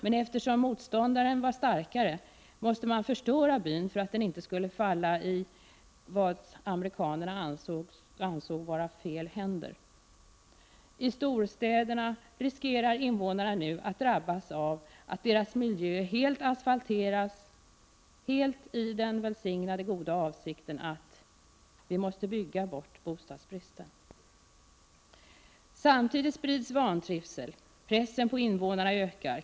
Eftersom motståndaren var starkare måste man emellertid förstöra byn för att den inte skulle falla i vad som av amerikanarna ansågs vara fel händer. I storstäderna riskerar invånarna nu att drabbas av att deras miljö helt asfalteras — i den välsignade goda avsikten att ”vi måste bygga bort bostadsbristen”. Samtidigt sprids vantrivsel, och pressen på invånarna ökar.